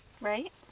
right